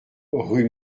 rue